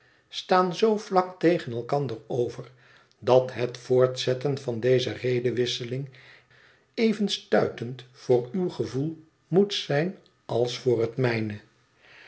staan zoo vlak tegen elkander over dat het voortzetten van deze redewisseling even stuitend voor uw gevoel moet zijn als voor het mijne